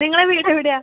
നിങ്ങളെ വീടെവിടെയാണ്